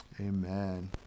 Amen